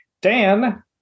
Dan